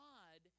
God